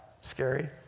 scary